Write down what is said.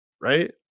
right